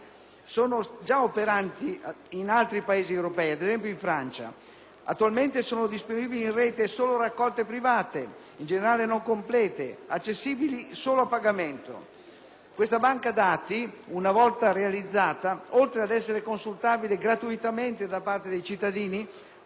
Attualmente sono disponibili in rete solo raccolte private, in generale non complete ed accessibili solo a pagamento. Questa banca dati, una volta realizzata, oltre ad essere consultabile gratuitamente da parte dei cittadini, fornirà al legislatore strumenti per l'attività di riordino normativo.